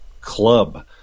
club